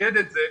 נמקד את זה,